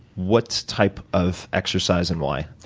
what type of exercise and why?